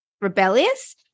rebellious